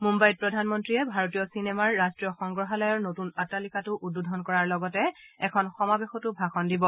মুম্বাইত প্ৰধানমন্ত্ৰীয়ে ভাৰতীয় চিনেমাৰ ৰাষ্ট্ৰীয় সংগ্ৰহালয় নতুন অট্টালিকাটো উদ্বোধন কৰাৰ লগতে এক সমাৱেশতো ভাষণ দিব